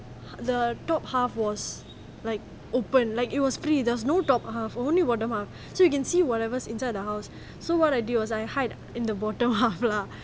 the top half was like open like it was free there's no top half only bottom half so you can see whatever inside the house so what I did was I hide in the bottom half lah